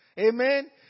Amen